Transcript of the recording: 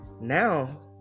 Now